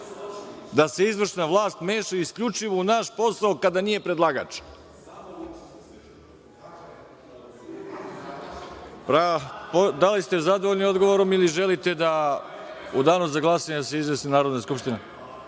da se izvršna vlast meša isključivo u naš posao kada nije predlagač. Da li ste zadovoljni odgovorom ili želite da se u danu za glasanje izjasni Narodna skupština?(Boško